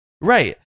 right